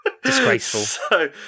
disgraceful